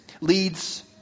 leads